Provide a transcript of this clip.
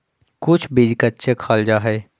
कुछ बीज कच्चे खाल जा हई